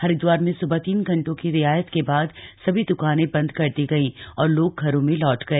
हरिद्वार में सुबह तीन घंटों की रियायत के बाद सभी द्कानें बंद कर दी गई और लोग घरों में लौट गए